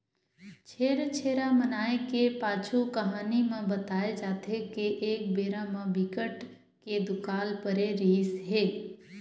छेरछेरा मनाए के पाछू कहानी म बताए जाथे के एक बेरा म बिकट के दुकाल परे रिहिस हे